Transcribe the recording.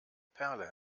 perle